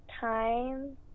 time